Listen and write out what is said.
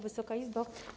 Wysoka Izbo!